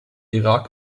irak